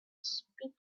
speaking